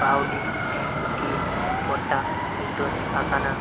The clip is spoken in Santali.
ᱠᱟᱣᱰᱤ ᱮᱢᱠᱤ ᱜᱚᱴᱟ ᱩᱛᱟᱹᱨ ᱟᱠᱟᱱᱟ